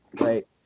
right